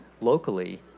locally